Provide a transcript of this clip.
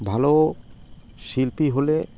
ভালো শিল্পী হলে